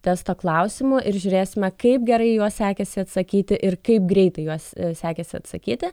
testo klausimų ir žiūrėsime kaip gerai į juos sekėsi atsakyti ir kaip greitai juos sekėsi atsakyti